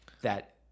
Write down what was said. that-